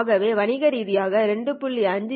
ஆகவே வணிக ரீதியான 2